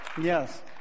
Yes